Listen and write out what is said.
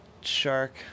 shark